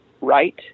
right